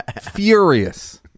Furious